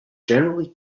generally